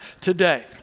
today